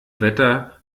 wetter